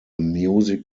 music